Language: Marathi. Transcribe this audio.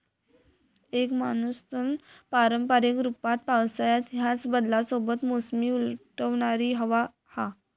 एक मान्सून पारंपारिक रूपात पावसाळ्यात ह्याच बदलांसोबत मोसमी उलटवणारी हवा हा